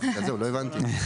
להגיד,